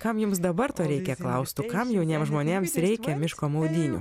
kam jums dabar to reikia klaustų kam jauniems žmonėms reikia miško maudynių